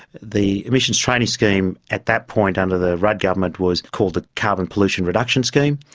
the emissions trading scheme at that point under the rudd government was called the carbon pollution reduction scheme.